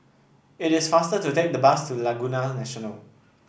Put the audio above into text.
it is faster to take the bus to Laguna National